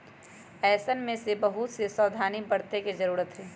ऐसन में बहुत से सावधानी बरते के जरूरत हई